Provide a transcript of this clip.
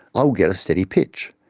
i'll get a steady pitch.